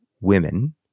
women